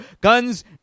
Guns